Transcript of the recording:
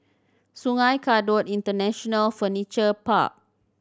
Sungei Kadut International Furniture Park